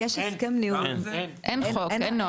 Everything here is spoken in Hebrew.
אין חוק, אין נוהל.